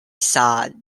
sad